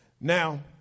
Now